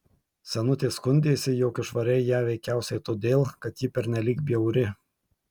senutė skundėsi jog išvarei ją veikiausiai todėl kad ji pernelyg bjauri